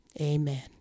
amen